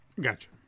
Gotcha